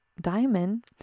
diamond